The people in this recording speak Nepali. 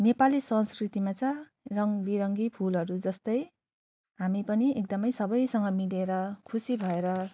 नेपाली संस्कृतिमा चाहिँ रङ बिरङ्गी फुलहरू जस्तै हामी पनि एकदमै सबैसँग मिलेर खुसी भएर